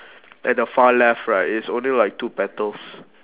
at the far left right is only like two petals